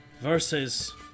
versus